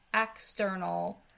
external